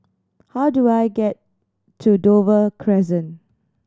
how do I get to Dover Crescent